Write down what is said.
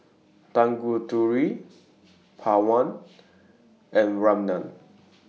Tanguturi Pawan and Ramnath